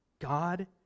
God